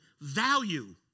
value